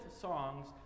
songs